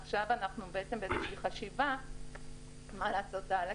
עכשיו אנחנו בחשיבה מה לעשות הלאה,